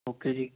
okay ਜੀ